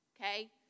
okay